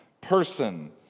person